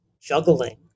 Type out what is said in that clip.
juggling